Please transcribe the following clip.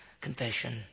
confession